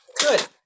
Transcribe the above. good